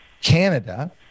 Canada